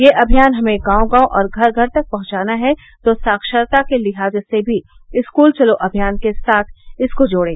यह अभियान हमें गांव गांव और घर घर तक पहुंचाना है तो साक्षारता के लिहाज से भी स्कूल चलो अभियान के साथ इसको जोड़ें